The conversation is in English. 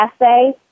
essay